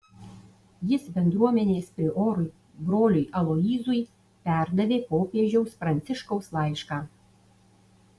jis bendruomenės priorui broliui aloyzui perdavė popiežiaus pranciškaus laišką